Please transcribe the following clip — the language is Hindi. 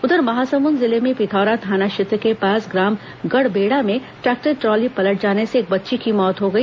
उधर महासमुंद जिले में पिथौरा थाना क्षेत्र के पास ग्राम गड़बेढ़ा में ट्रैक्टर ट्रॉली पलट जाने से एक बच्ची की मौत हो गई